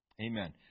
Amen